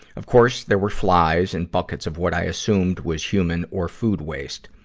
of course, there were flies and buckets of what i assumed was human or food waste.